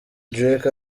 drake